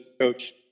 coach